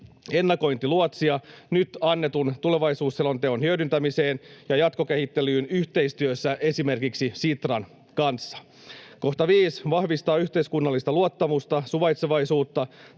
ennakointiluotsia nyt annetun tulevaisuusselonteon hyödyntämiseen ja jatkokehittelyyn yhteistyössä esimerkiksi Sitran kanssa. 5) vahvistaa yhteiskunnallista luottamusta, suvaitsevaisuutta,